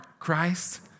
Christ